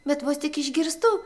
bet vos tik išgirstu